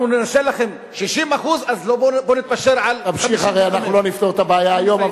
אנחנו ננשל לכם 60% אז בוא נתפשר על 50%. אנחנו לא נפתור את הבעיה היום,